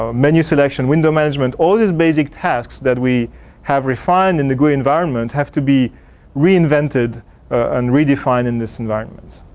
um menu selection, window management all these basic tasks that we have refined in the gui environment have to be reinvented and redefined in this environment.